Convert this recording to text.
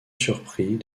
surpris